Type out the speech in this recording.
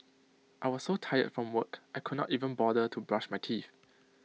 I was so tired from work I could not even bother to brush my teeth